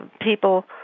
people